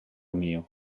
mio